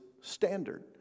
standard